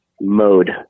mode